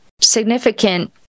significant